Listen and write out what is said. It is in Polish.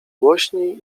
głośniej